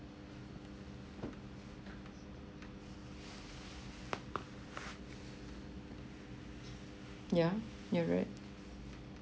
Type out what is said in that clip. yeah you're right